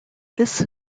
this